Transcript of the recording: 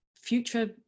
future